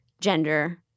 gender